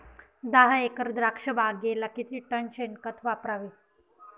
दहा एकर द्राक्षबागेला किती टन शेणखत वापरावे?